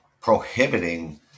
prohibiting